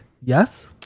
Yes